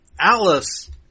Alice